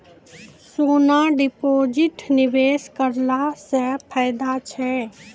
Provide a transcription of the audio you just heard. सोना deposit निवेश करला से फैदा छै?